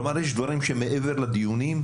כלומר, יש דברים שמעבר לדיונים,